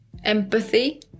empathy